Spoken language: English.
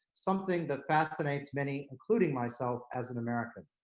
something that fascinates many, including myself as an american.